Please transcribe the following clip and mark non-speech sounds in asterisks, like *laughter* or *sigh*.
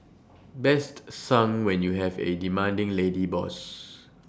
best sung when you have A demanding lady boss *noise*